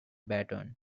baton